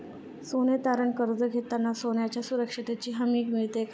सोने तारण कर्ज घेताना सोन्याच्या सुरक्षेची हमी मिळते का?